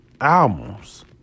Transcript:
albums